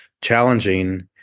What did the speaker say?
challenging